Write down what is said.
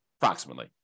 approximately